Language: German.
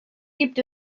gibt